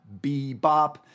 bebop